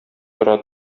тора